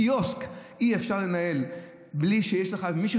קיוסק אי-אפשר לנהל בלי שיש לך מישהו